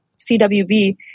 CWB